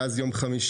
מאז יום חמישי,